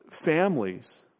families